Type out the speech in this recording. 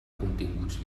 continguts